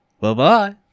Bye-bye